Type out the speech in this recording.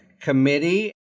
committee